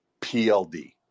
PLD